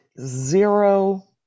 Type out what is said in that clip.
Zero